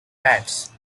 fats